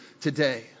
today